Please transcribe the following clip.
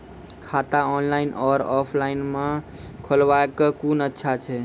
खाता ऑनलाइन और ऑफलाइन म खोलवाय कुन अच्छा छै?